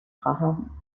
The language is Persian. خواهم